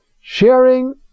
sharing